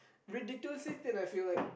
ridiculously thin I feel like